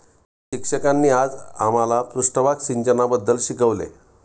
शिक्षकांनी आज आम्हाला पृष्ठभाग सिंचनाबद्दल शिकवले